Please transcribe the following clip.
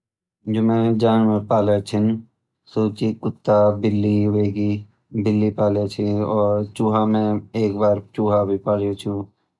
जु मैने जानवर पाल्या छन सु छ कुत्ता बिल्ली होएगी बिल्ली पाल्या छ और चूहा मैं एक बार चूहा भी पाल्या छ।